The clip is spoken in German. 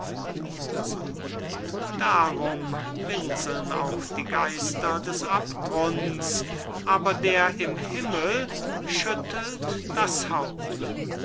moser darum winseln auch die geister des abgrunds aber der im himmel schüttelt das haupt